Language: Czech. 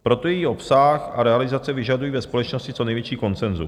Proto její obsah a realizace vyžadují ve společnosti co největší konsenzus.